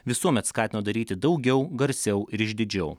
visuomet skatino daryti daugiau garsiau ir išdidžiau